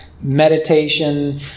meditation